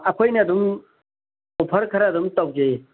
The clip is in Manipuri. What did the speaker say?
ꯑꯩꯈꯣꯏꯅ ꯑꯗꯨꯝ ꯑꯣꯐꯔ ꯈꯔ ꯑꯗꯨꯝ ꯇꯧꯖꯩꯌꯦ